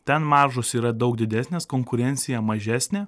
ten maržos yra daug didesnės konkurencija mažesnė